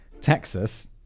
Texas